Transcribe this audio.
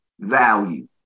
value